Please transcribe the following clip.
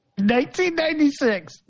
1996